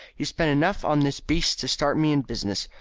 he spent enough on this beast to start me in business.